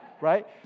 right